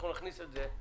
אנחנו נכניס את זה,